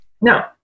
No